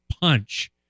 punch